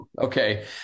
Okay